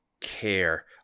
care